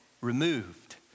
removed